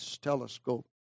Telescope